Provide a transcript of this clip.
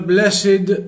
Blessed